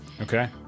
Okay